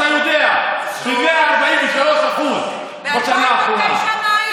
אני שואל אותך, ואתה יודע, ב-143% בשנה האחרונה.